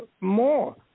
more